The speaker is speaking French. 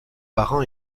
parrain